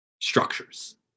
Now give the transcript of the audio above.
structures